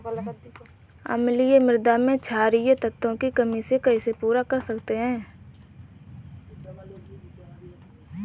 अम्लीय मृदा में क्षारीए तत्वों की कमी को कैसे पूरा कर सकते हैं?